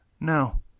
No